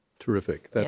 Terrific